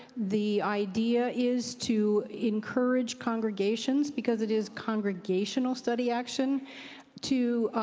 the idea is to encourage congregations, because it is congregational study action to